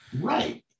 Right